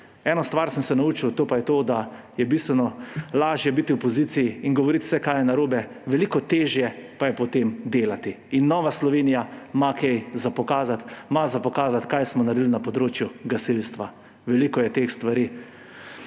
Eno stvar sem se naučil, to pa je to, da je bistveno lažje biti v opoziciji in govoriti, kaj vse je narobe, veliko težje pa je potem delati. In Nova Slovenija ima kaj pokazati. Ima pokazati, kaj smo naredili na področju gasilstva. Veliko je teh stvari